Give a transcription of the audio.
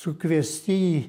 sukviesti į